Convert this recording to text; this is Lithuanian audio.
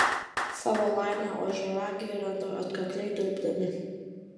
savo laimę ožiaragiai randa atkakliai dirbdami